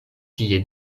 tie